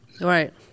Right